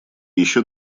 еще